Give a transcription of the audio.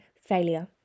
failure